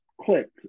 clicked